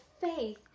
faith